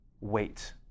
Wait